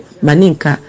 maninka